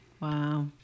Wow